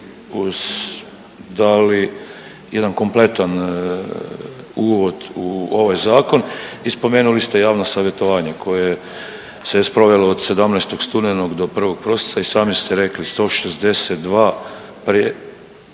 uz, dali jedan kompletan uvod u ovaj zakon i spomenuli ste javno savjetovanje koje se sprovelo od 17. studenog do 1. prosinca. I sami ste rekli, 162 pre,